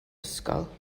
ysgol